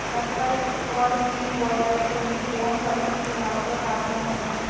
Apple scar skin viroid गंभीर pome फलों की बीमारियों का कारण बनता है